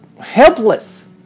helpless